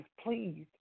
please